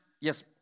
yes